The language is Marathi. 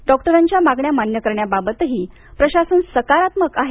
डॉक्टरांच्या मागण्या मान्य करण्याबाबतही प्रशासन सकारात्मक आहे